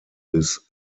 bis